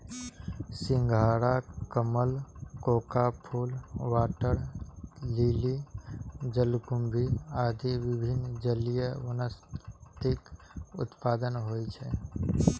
सिंघाड़ा, कमल, कोका फूल, वाटर लिली, जलकुंभी आदि विभिन्न जलीय वनस्पतिक उत्पादन होइ छै